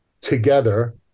together